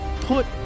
put